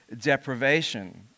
deprivation